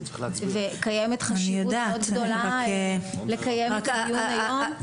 וקיימת חשיבות מאד גדולה לקיים את הדיון היום,